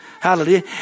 hallelujah